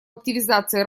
активизации